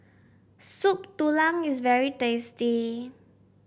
Soup Tulang is very tasty